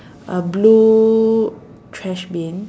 a blue trash bin